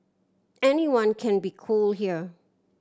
anyone can be cool here